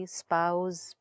spouse